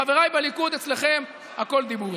חבריי בליכוד, אצלכם הכול דיבורים.